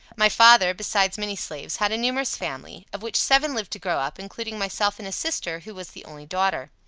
my father, besides many slaves, had a numerous family, of which seven lived to grow up, including myself and a sister, who was the only daughter.